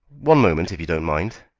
one moment, if you don't mind.